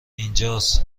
اینجاس